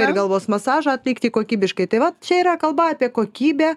ir galvos masažą atlikti kokybiškai tai vat čia yra kalba apie kokybę